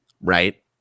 Right